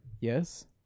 Yes